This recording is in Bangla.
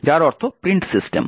যার অর্থ প্রিন্ট সিস্টেম